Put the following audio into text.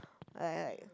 like like